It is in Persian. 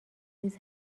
ریز